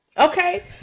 okay